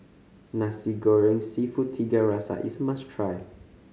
Nasi Goreng Seafood Tiga Rasa is a must try